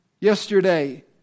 yesterday